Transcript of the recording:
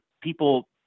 people